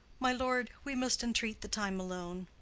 my lord, we must entreat the time alone.